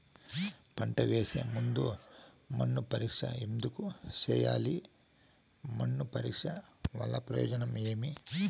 పంట వేసే ముందు మన్ను పరీక్ష ఎందుకు చేయాలి? మన్ను పరీక్ష వల్ల ప్రయోజనం ఏమి?